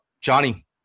Johnny